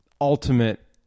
ultimate